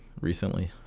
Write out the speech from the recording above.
recently